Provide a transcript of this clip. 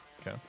okay